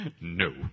No